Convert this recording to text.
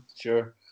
sure